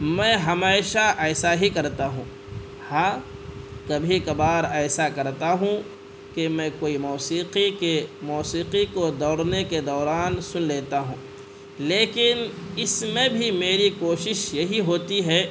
میں ہمیشہ ایسا ہی کرتا ہوں ہاں کبھی کبھار ایسا کرتا ہوں کہ میں کوئی موسیقی کے موسیقی کو دوڑنے کے دوران سن لیتا ہوں لیکن اس میں بھی میری کوشش یہی ہوتی ہے